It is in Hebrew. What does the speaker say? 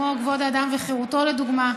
כמו כבוד אדם וחירותו לדוגמה,